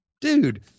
Dude